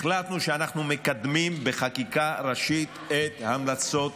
החלטנו שאנחנו מקדמים בחקיקה ראשית את המלצות